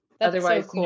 Otherwise